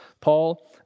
Paul